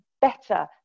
better